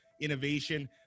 innovation